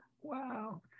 Wow